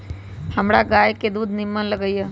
हमरा गाय के दूध निम्मन लगइय